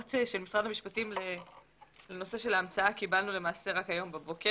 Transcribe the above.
ההערות של משרד המשפטים לנושא של ההמצאה קיבלנו למעשה רק הבוקר.